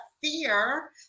fear